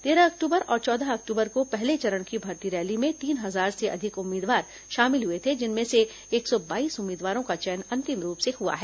तेरह अक्टूबर और चौदह अक्टूबर को पहले चरण की भर्ती रैली में तीन हजार से अधिक उम्मीदवार शामिल हुए थे जिनमें से एक सौ बाईस उम्मीदवारों का चयन अंतिम रूप से हुआ है